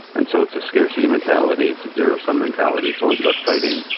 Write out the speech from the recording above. and so it's a scarcity mentality, it's a zero sum mentality. it's always about fighting,